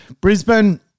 Brisbane